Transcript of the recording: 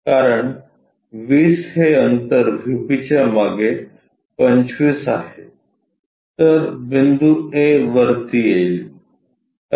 कारण 20 हे अंतर व्हीपीच्या मागे 25 आहे तर बिंदू A वरती येईल